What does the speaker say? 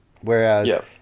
Whereas